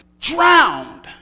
drowned